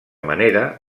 manera